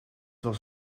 was